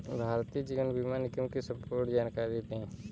भारतीय जीवन बीमा निगम की संपूर्ण जानकारी दें?